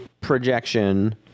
projection